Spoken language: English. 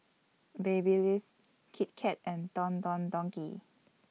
Babyliss Kit Kat and Don Don Donki